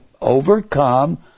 overcome